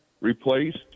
replaced